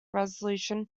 resolution